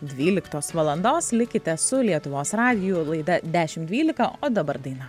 dvyliktos valandos likite su lietuvos radiju laida dešimt dvylika o dabar daina